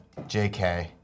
Jk